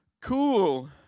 Cool